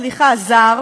סליחה זר,